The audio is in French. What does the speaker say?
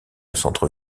centre